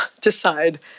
decide